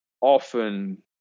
often